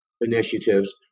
initiatives